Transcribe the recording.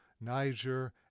Niger